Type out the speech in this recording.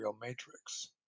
matrix